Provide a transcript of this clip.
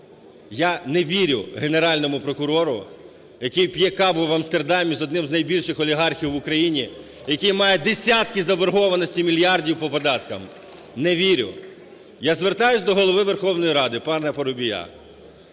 Я не вірю Генеральному прокурору, який п'є каву в Амстердамі з одним з найбільших олігархів в Україні, який має десятки заборгованостей мільярдів по податкам. Не вірю! Я звертаюся до Голови Верховної Ради пана Парубія